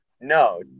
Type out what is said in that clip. No